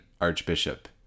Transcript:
archbishop